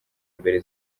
mbere